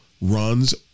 runs